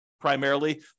primarily